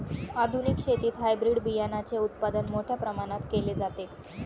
आधुनिक शेतीत हायब्रिड बियाणाचे उत्पादन मोठ्या प्रमाणात केले जाते